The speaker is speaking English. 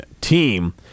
team